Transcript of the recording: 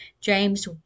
James